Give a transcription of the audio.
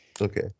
okay